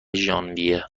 ژانویه